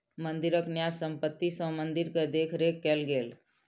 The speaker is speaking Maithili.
मंदिरक न्यास संपत्ति सॅ मंदिर के देख रेख कएल गेल